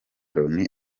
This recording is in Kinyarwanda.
loni